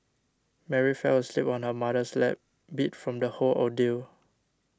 Mary fell asleep on her mother's lap beat from the whole ordeal